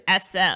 SM